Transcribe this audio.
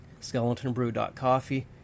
skeletonbrew.coffee